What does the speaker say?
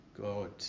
God